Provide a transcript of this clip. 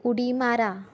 उडी मारा